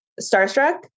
Starstruck